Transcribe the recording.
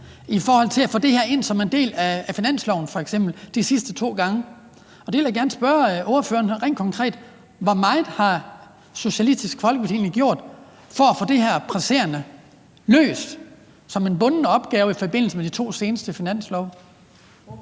i forhold til f.eks. at få det her ind som en del af finansloven de sidste to gange. Så jeg vil gerne spørge ordføreren helt konkret: Hvor meget har Socialistisk Folkeparti egentlig gjort for at få det her presserende problem løst som en bunden opgave i forbindelse med de to seneste finanslove?